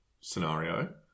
scenario